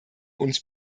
uns